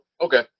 okay